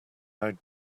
how